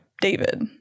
David